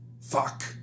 Fuck